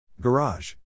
Garage